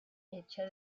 hecha